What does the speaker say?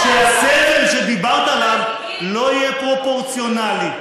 שהסבל שדיברת עליו לא יהיה פרופורציונלי.